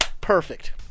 Perfect